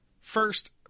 first